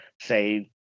say